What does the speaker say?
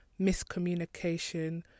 miscommunication